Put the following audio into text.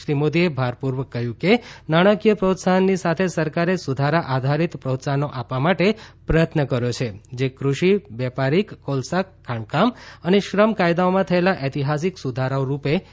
શ્રી મોદીએ ભારપુર્વક કહયું કે નાણાંકીય પ્રોત્સાહનની સાથે સરકારે સુધારા આધારીત પ્રોત્સાહનો આપવા માટે પ્રયત્ન કર્યો છે જે કૃષિ વ્યાપારીક કોલસા ખાણકામ અને શ્રમ કાયદાઓમાં થયેલા ઐતિહાસીક સુધારાઓ રૂપે દેખાય છે